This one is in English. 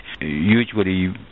usually